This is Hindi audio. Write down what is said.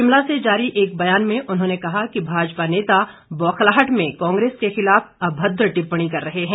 शिमला से जारी एक बयान में उन्होने कहा कि भाजपा नेता बौखलाहट में कांग्रेस के खिलाफ अभद्र टिप्पणी कर रहे हैं